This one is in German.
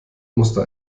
musste